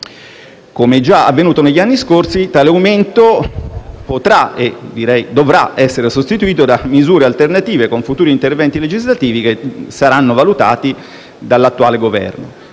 Come già avvenuto negli anni scorsi, tale aumento potrà - e direi dovrà - essere sostituito da misure alternative con futuri interventi legislativi che saranno valutati dall'attuale Governo.